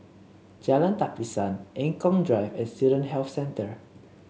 Jalan Tapisan Eng Kong Drive and Student Health Centre